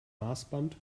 maßband